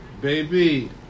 baby